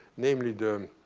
namely the